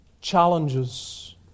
challenges